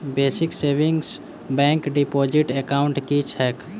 Basic savings bank deposit account की छैक?